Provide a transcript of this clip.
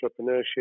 entrepreneurship